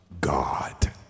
God